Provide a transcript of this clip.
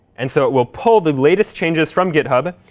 and so it will pull the latest changes from github.